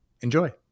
Enjoy